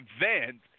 event